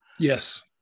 yes